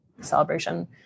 Celebration